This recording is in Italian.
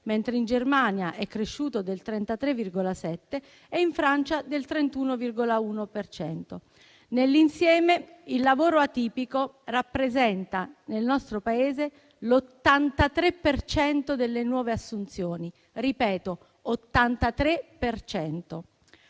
mentre in Germania è cresciuto del 33,7 e in Francia del 31,1 per cento. Nell'insieme, il lavoro atipico rappresenta nel nostro Paese l'83 per cento delle nuove assunzioni. Ripeto: l'83